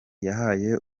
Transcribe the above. yahaye